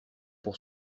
pour